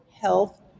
health